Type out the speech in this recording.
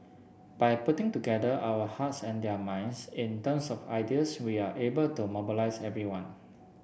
by putting together our hearts and their minds in terms of ideas we are able to mobilize everyone